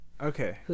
okay